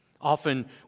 often